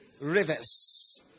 rivers